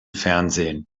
fernsehen